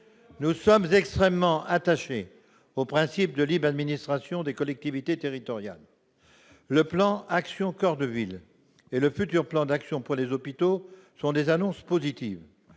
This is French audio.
Nous sommes extrêmement attachés au principe de libre administration des collectivités territoriales. Le plan Action coeur de ville et le futur plan d'action pour les hôpitaux sont des annonces positives.